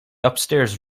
upstairs